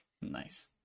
Nice